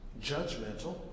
judgmental